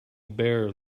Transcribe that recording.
bare